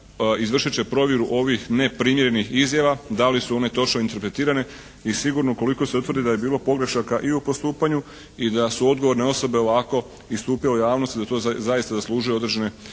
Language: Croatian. izvršit će provjeru ovih neprimjerenih izjava da li su one točno interpretirane. I sigurno ukoliko se utvrdi da je bilo pogrešaka i u postupanju i da su odgovorne osobe ovako istupile u javnosti da to zaista zaslužuje određene